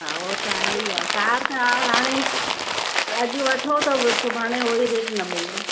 हा उहो त आहे ई आहे कार छा हाणे हिकु अॼु वठो त सुभाणे उहो ई रेट न मिलंदो